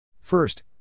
First